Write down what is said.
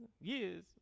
Years